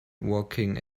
walking